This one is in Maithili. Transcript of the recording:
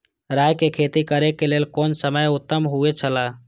राय के खेती करे के लेल कोन समय उत्तम हुए छला?